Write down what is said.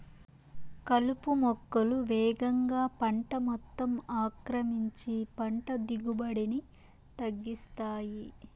కలుపు మొక్కలు వేగంగా పంట మొత్తం ఆక్రమించి పంట దిగుబడిని తగ్గిస్తాయి